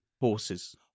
horses